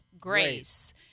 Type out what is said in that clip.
Grace